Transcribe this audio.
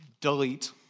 Delete